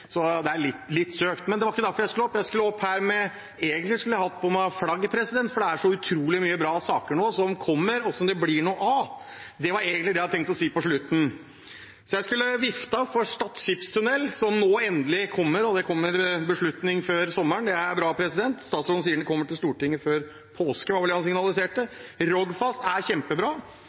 så det er litt søkt. Men det var ikke derfor jeg skulle opp. Egentlig skulle jeg hatt med meg flagg, for det er så utrolig mange bra saker som nå kommer, og som det blir noe av. Det var egentlig det jeg hadde tenkt å si på slutten. Jeg skulle viftet for Stad skipstunnel, som nå endelig kommer. Det kommer beslutning før sommeren, og det er bra. Statsråden sier den kommer til Stortinget før påske, det var vel det han signaliserte. Rogfast er kjempebra.